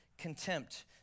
contempt